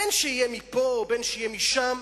בין שיהיה מפה בין שיהיה משם,